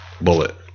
Bullet